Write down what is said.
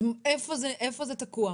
אז איפה זה תקוע?